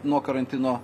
nuo karantino